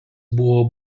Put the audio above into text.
buvo